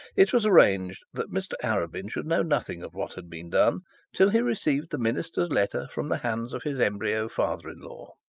it was arranged that mr arabin should know nothing of what had been done till he received the minister's letter from the hands of his embryo father-in-law.